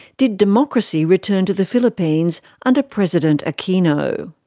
did democracy return to the philippines under president aquino?